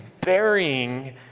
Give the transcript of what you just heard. burying